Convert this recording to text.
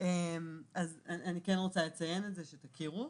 את רוצה שאקריא לך את נתונים?